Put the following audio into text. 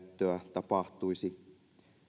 tapahtuisi